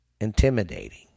intimidating